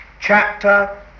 chapter